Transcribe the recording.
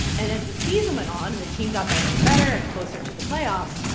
and as the season went on and the team got better and better and closer to the playoffs,